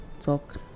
talk